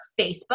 Facebook